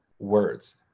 Words